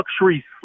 luxury